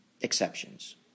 exceptions